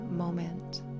moment